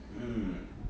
mm